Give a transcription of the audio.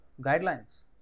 guidelines